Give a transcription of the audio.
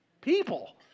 people